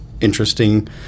interesting